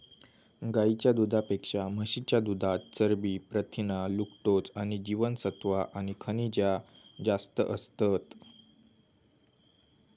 गाईच्या दुधापेक्षा म्हशीच्या दुधात चरबी, प्रथीना, लॅक्टोज, जीवनसत्त्वा आणि खनिजा जास्त असतत